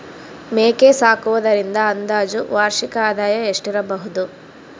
ಮೇಕೆ ಸಾಕುವುದರಿಂದ ಅಂದಾಜು ವಾರ್ಷಿಕ ಆದಾಯ ಎಷ್ಟಿರಬಹುದು?